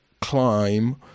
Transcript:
climb